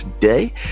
today